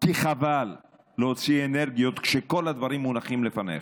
כי חבל להוציא אנרגיות כשכל הדברים מונחים לפניך.